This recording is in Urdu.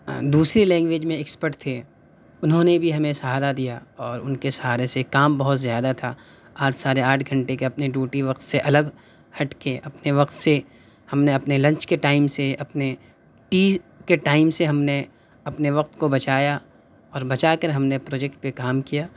دوسری لینگویج میں اکسپرٹ تھے اُنہوں نے بھی ہمیں سہارا دیا اور اُن کے سہارے سے کام بہت زیادہ تھا آٹھ ساڑھے آٹھ گھنٹے کی اپنے ڈیوٹی وقت سے الگ ہٹ کے اپنے وقت سے ہم نے اپنے لنچ کے ٹائم سے اپنے ٹی کے ٹائم سے ہم نے اپنے وقت کو بچایا اور بچا کر ہم نے پروجیکٹ پہ کام کیا